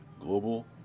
Global